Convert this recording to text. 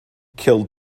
killed